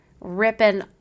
ripping